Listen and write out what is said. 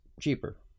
cheaper